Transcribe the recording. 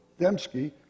Dembski